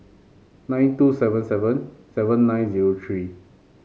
nine two seven seven seven nine zero three